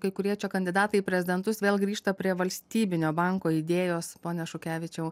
kai kurie čia kandidatai į prezidentus vėl grįžta prie valstybinio banko idėjos pone šukevičiau